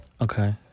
Okay